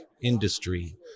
industry